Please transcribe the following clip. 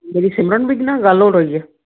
ਮੇਰੀ ਸਿਮਰਨ ਵੀਰ ਜੀ ਨਾਲ ਗੱਲ ਹੋ ਰਹੀ ਹੈ